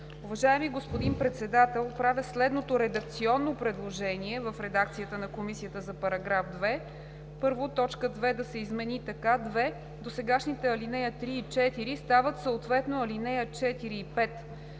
Уважаеми господин Председател, правя следното редакционно предложение в редакцията на Комисията за § 2: 1. Точка 2 да се измени така: „2. Досегашните ал. 3 и 4 стават съответно ал. 4 и 5.“